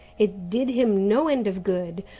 it did him no end of good.